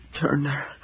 Turner